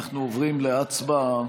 אנחנו עוברים להצבעה.